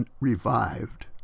revived